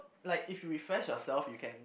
like if you refresh yourself you can